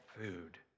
food